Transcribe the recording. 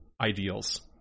ideals